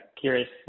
curious